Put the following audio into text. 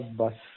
bus